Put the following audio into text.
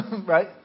right